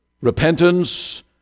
Repentance